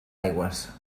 aigües